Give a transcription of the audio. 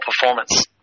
performance